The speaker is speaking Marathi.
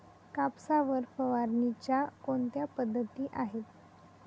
कापसावर फवारणीच्या कोणत्या पद्धती आहेत?